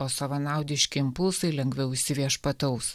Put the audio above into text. o savanaudiški impulsai lengviau įsiviešpataus